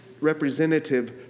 representative